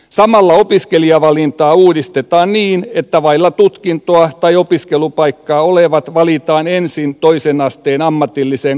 samalla opiskelijavalintaa uudistetaan niin että vailla tutkintoa tai opiskelupaikkaa olevat valitaan ensin toisen asteen ammatilliseen